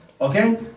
Okay